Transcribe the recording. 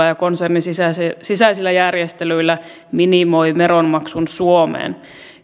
ja konsernin sisäisillä sisäisillä järjestelyillä minimoi veronmaksun suomeen